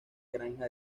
granja